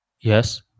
Yes